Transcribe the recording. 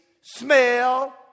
smell